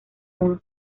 unos